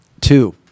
Two